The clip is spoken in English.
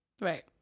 Right